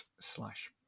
slash